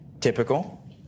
Typical